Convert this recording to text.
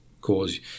cause –